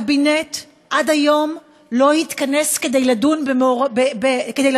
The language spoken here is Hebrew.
הקבינט עד היום לא התכנס לדון בנושא.